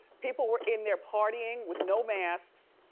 people were in there partying with no masks,